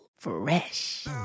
Fresh